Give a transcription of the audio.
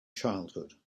childhood